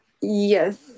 yes